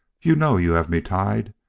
you know you have me tied.